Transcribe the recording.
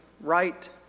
right